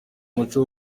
umuco